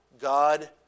God